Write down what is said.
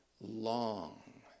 long